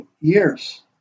years